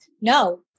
No